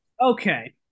Okay